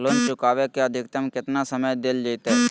Loan चुकाबे के अधिकतम केतना समय डेल जयते?